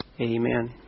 Amen